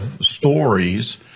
stories